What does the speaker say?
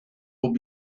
would